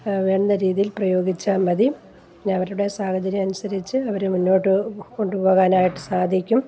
വേണ്ടുന്ന രീതിയിൽ പ്രയോഗിച്ചാൽ മതി അവരുടെ സാഹചര്യം അനുസരിച്ച് അവർ മുന്നോട്ട് കൊണ്ട് പോകാനായിട്ട് സാധിക്കും